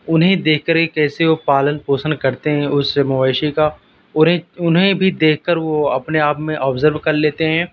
انہیں دیکھ کر کہ کیسے وہ پالن پوسن کرتے ہیں اس مویشی کا اور ایک انہیں بھی دیکھ کر وہ اپنے آپ میں آبزرو کر لتیے ہیں